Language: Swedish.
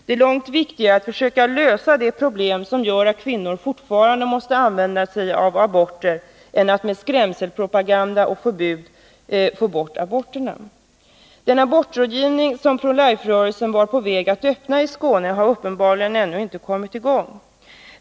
Det är långt viktigare att försöka lösa de problem som gör att kvinnor fortfarande måste använda sig av aborter än att med skrämselpropaganda och förbud få bort aborterna. Den abortrådgivning som Pro Life-rörelsen var på väg att öppna i Skåne har uppenbarligen ännu inte kommit i gång.